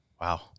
Wow